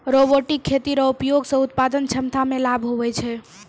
robotic खेती रो उपयोग से उत्पादन क्षमता मे लाभ हुवै छै